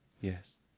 Yes